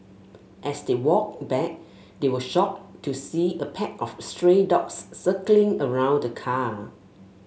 as they walked back they were shocked to see a pack of stray dogs circling around the car